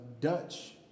Dutch